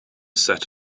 set